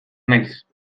naiz